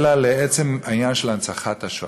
אלא לעצם העניין של הנצחת השואה.